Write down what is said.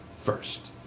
first